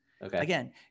Again